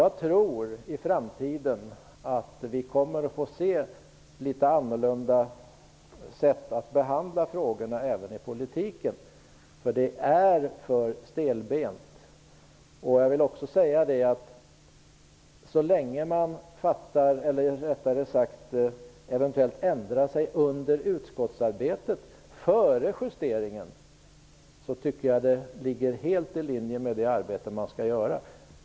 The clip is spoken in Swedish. Jag tror att vi i framtiden kommer att se andra sätt att behandla olika frågor. Det gäller även i politiken. Det är för stelbent som det nu är. Så länge man eventuellt ändrar sig under utskottsarbetet -- före justeringen -- tycker jag att det ligger helt i linje med det arbete som man skall göra.